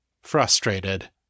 frustrated